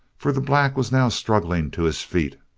for the black was now struggling to his feet.